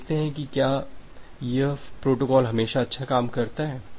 हम देखते हैं कि क्या यह प्रोटोकॉल हमेशा अच्छा काम करता है